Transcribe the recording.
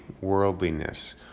worldliness